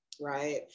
right